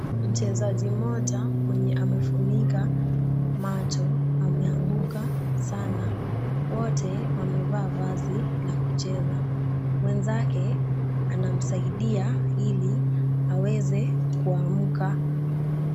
Mchezaji mmoja mwenye amefunika macho ameanguka sana, wote wamevaa vazi la kucheza. Mwenzake anamsaidia ili aweze kuamka.